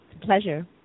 Pleasure